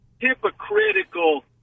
hypocritical